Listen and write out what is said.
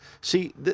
See